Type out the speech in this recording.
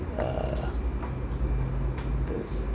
uh thus